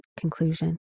conclusion